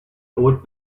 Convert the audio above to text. old